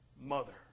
Mother